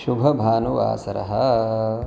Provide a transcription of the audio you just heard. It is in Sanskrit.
शुभभानुवासरः